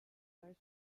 most